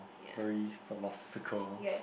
very philosophical